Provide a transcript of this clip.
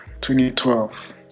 2012